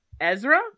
Ezra